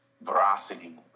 veracity